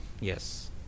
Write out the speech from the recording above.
Yes